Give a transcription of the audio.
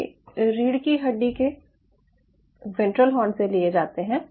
ये रीढ़ की हड्डी के वेंट्रल हॉर्न से लिए जाते हैं